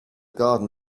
garden